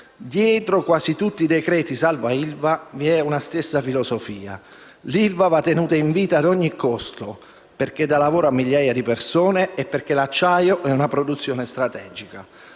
dietro quasi tutti i decreti salva ILVA vi è una stessa "filosofìa": ILVA va tenuta in vita ad ogni costo, perché dà lavoro a migliaia di persone e perché l'acciaio è una produzione strategica.